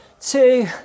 two